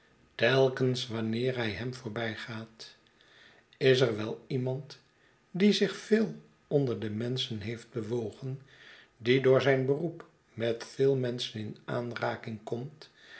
telkens wanneer hij hem voorbijgaat is er wel iemand die zich veel onder de menschen heeft bewogen die door zijn beroep met veel menschen in aanraking komt